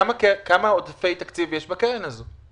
כמה עודפי תקציב יש בקרן הזאת?